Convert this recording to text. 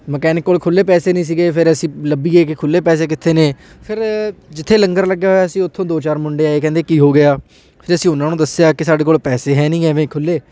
mechanic ਕੋਲ ਖੁੱਲ੍ਹੇ ਪੈਸੇ ਨਹੀਂ ਸੀਗੇ ਫਿਰ ਅਸੀਂ ਲੱਭੀਏ ਕਿ ਖੁੱਲ੍ਹੇ ਪੈਸੇ ਕਿੱਥੇ ਨੇ ਫਿਰ ਜਿੱਥੇ ਲੰਗਰ ਲੱਗਿਆ ਹੋਇਆ ਸੀ ਉੱਥੋਂ ਦੋ ਚਾਰ ਮੁੰਡੇ ਆਏ ਕਹਿੰਦੇ ਕੀ ਹੋ ਗਿਆ ਅਤੇ ਅਸੀਂ ਉਹਨਾਂ ਨੂੰ ਦੱਸਿਆ ਕਿ ਸਾਡੇ ਕੋਲ ਪੈਸੇ ਹੈ ਨਹੀਂ ਐਵੇਂ ਖੁੱਲ੍ਹੇ